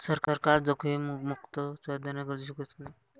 सरकार जोखीममुक्त व्याजदराने कर्ज चुकवू शकत नाही